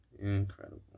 incredible